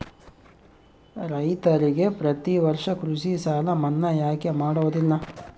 ರೈತರಿಗೆ ಪ್ರತಿ ವರ್ಷ ಕೃಷಿ ಸಾಲ ಮನ್ನಾ ಯಾಕೆ ಮಾಡೋದಿಲ್ಲ?